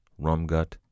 Rumgut